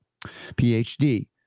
PhD